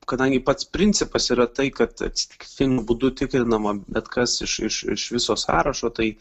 kadangi pats principas yra tai kad atsitiktiniu būdu tikrinama bet kas iš iš iš viso sąrašo tai